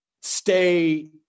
stay